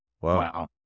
wow